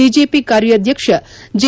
BJP ಕಾರ್ಯಾಧ್ಯಕ್ಷ J